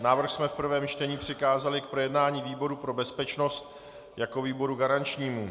Návrh jsme v prvém čtení přikázali k projednání výboru pro bezpečnost jako výboru garančnímu.